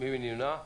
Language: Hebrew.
מי נמנע?